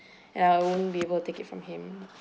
and I won't be able to take it from him